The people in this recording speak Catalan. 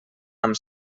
amb